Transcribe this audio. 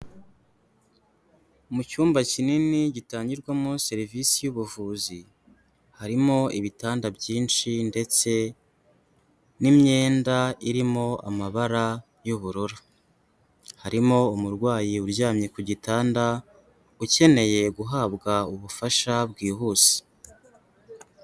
Mu cyumba kinini gitangirwamo serivisi y'ubuvuzi, harimo ibitanda byinshi ndetse n'imyenda irimo amabara y'ubururu, harimo umurwayi uryamye ku gitanda ukeneye guhabwa ubufasha bwihuse.